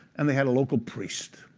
and they had a local priest.